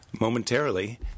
momentarily